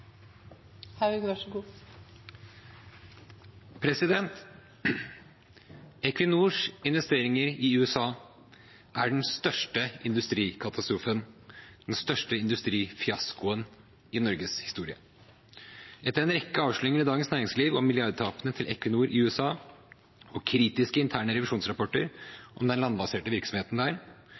den største industrikatastrofen og den største industrifiaskoen i Norges historie. Etter en rekke avsløringer i Dagens Næringsliv om milliardtapene til Equinor i USA og kritiske interne revisjonsrapporter om den landbaserte virksomheten der,